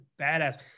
badass